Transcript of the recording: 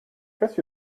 kas